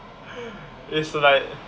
it's like